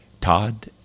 Todd